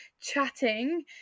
chatting